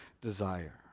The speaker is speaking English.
desire